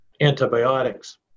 antibiotics